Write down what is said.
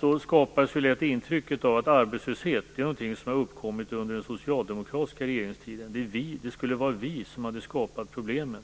här får man lätt intrycket att arbetslöshet är något som har uppkommit under den socialdemokratiska regeringstiden, att det skulle vara vi som har skapat problemen.